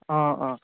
অঁ অঁ